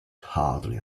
hardly